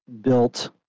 built